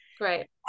great